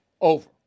over